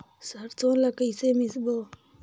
सरसो ला कइसे मिसबो?